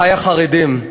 אחי החרדים,